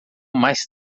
mais